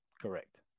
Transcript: Correct